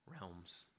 realms